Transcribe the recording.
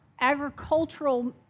agricultural